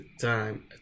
time